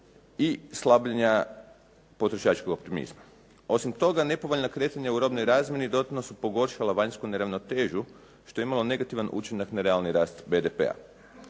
i slabljenja potrošačkog mehanizma. Osim toga, nepovoljna kretanja u robnoj razmjeni dodatno su pogoršala vanjsku neravnotežu što je imalo negativni učinak na realni rast BDP-a.